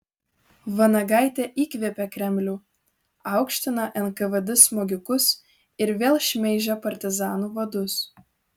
vanagaitė įkvėpė kremlių aukština nkvd smogikus ir vėl šmeižia partizanų vadus